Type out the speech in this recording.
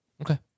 Okay